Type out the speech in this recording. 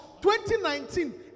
2019